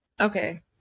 Okay